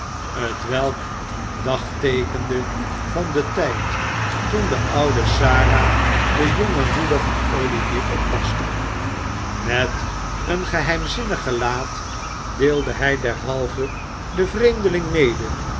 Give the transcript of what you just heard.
t we k dagteekende van den tijd toen de oude sara de jonge moeder van olivier oppaste met een geheimzinnig gelaat deelde hij derhalve den vreemdeling mede